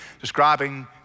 describing